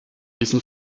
diesen